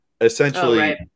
essentially